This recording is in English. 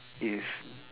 if